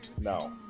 No